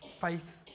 faith